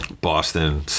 Boston